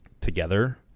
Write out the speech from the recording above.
together